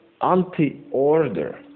Anti-order